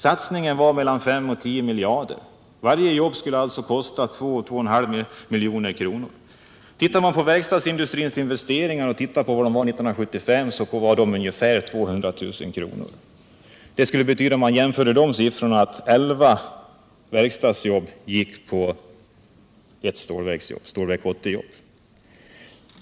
Satsningen skulle vara mellan 5 och 10 miljarder. Varje jobb skulle alltså kosta 2-2,5 milj.kr. 1975 var verkstadsindustrins investeringar ungefär 200 000 kr. per jobb. Det skulle betyda att det gick ungefär 11 jobb i verkstadsindustrin på ett Stålverk 80-jobb.